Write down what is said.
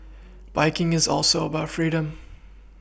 biking is also about freedom